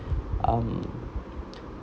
um